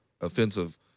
offensive